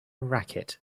racket